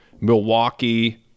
Milwaukee